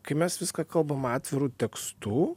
kai mes viską kalbam atviru tekstu